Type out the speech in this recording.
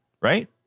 right